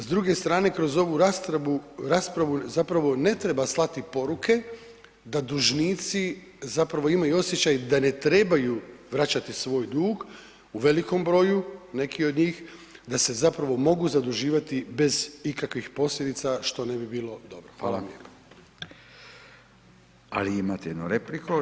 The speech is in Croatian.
S druge strane, kroz ovu raspravu zapravo ne treba slati poruke da dužnici zapravo imaju osjećaj da ne trebaju vraćati svoj dug, u velikom broju neki od njih, da se zapravo mogu zaduživati bez ikakvih posljedica što ne bi bilo dobro, hvala vam lijepo.